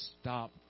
stop